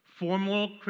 Formal